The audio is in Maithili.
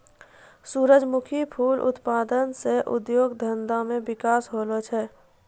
सुरजमुखी फूल उत्पादन से उद्योग धंधा मे बिकास होलो छै